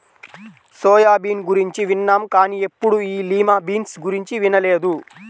soya bean గురించి విన్నాం కానీ ఎప్పుడూ ఈ లిమా బీన్స్ గురించి వినలేదు